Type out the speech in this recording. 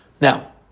Now